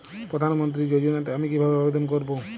প্রধান মন্ত্রী যোজনাতে আমি কিভাবে আবেদন করবো?